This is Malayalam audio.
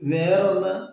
വേറൊന്ന്